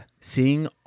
Seeing